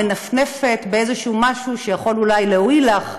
מנפנפת במשהו שיכול אולי להועיל לך.